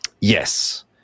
yes